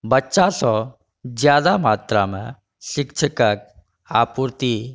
बच्चासँ ज्यादा मात्रामे शिक्षकके आपूर्ति